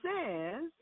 says